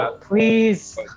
Please